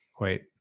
Wait